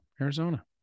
Arizona